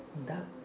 dark